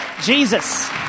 Jesus